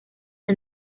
the